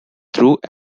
through